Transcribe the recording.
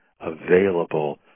available